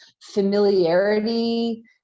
familiarity